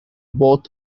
both